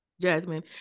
jasmine